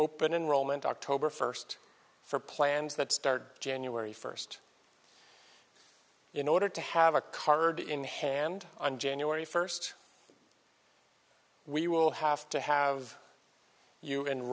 open in rome and october first for plans that start january first in order to have a card in hand on january first we will have to have you and